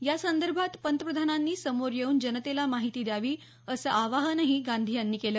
यासंदर्भात पंतप्रधानांनी समोर येऊन जनतेला माहिती द्यावी असं आवाहनही गांधी यांनी केलं